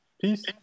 Peace